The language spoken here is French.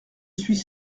suis